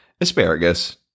asparagus